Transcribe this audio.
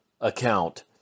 account